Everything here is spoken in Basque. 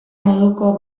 moduko